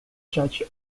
judge